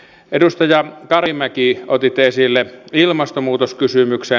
edustaja karimäki otitte esille ilmastonmuutoskysymyksen